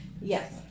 yes